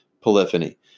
polyphony